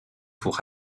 pour